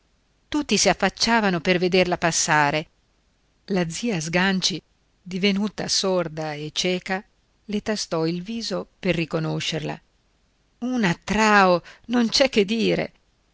tutti si affacciavano per vederla passare la zia sganci divenuta sorda e cieca le tastò il viso per riconoscerla una trao non c'è che dire